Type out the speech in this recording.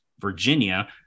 virginia